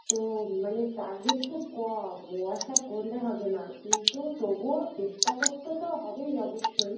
তো মানে চাকরি খুব কম ও আশা করলে হবে না কিন্তু তবুও চেষ্টা করতে তো হবেই অবশ্যই